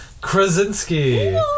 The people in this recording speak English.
Krasinski